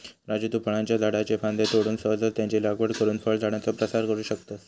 राजू तु फळांच्या झाडाच्ये फांद्ये तोडून सहजच त्यांची लागवड करुन फळझाडांचो प्रसार करू शकतस